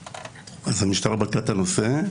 אז המשטרה בדקה את הנושא,